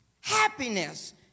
Happiness